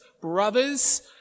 brothers